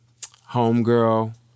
Homegirl